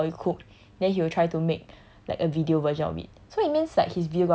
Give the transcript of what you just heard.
you know like when you bake or you cook then he will try to make like a video version of it